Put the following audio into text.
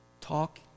Talk